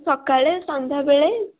ସକାଳେ ସନ୍ଧ୍ୟାବେଳେ